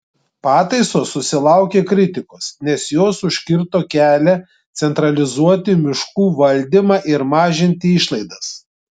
pataisos susilaukė kritikos nes jos užkirto kelią centralizuoti miškų valdymą ir mažinti išlaidas